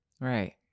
Right